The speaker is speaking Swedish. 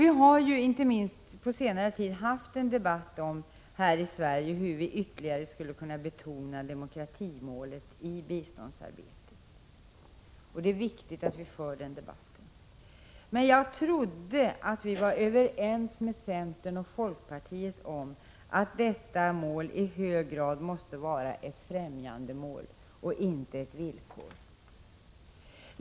Vi har ju, inte minst på senare tid, fört en debatt om hur vi ytterligare skulle kunna betona demokratimålet i biståndsarbetet. Det är viktigt att vi för den debatten. Jag trodde att vi var överens med centern och folkpartiet om att detta mål i hög grad måste vara ett främjandemål och inte ett villkor.